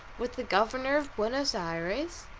with the governor of buenos ayres?